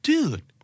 Dude